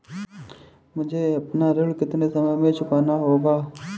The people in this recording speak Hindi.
मुझे अपना गृह ऋण कितने समय में चुकाना होगा?